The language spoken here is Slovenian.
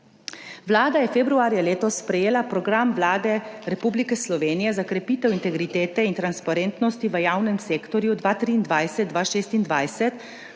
Vlada je februarja letos sprejela program Vlade Republike Slovenije za krepitev integritete in transparentnosti v javnem sektorju 2023-2026,